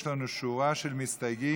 יש לנו שורה של מסתייגים.